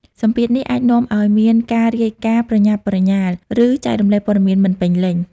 សម្ពាធនេះអាចនាំឱ្យមានការរាយការណ៍ប្រញាប់ប្រញាល់ ឬចែករំលែកព័ត៌មានមិនពេញលេញ។